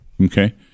Okay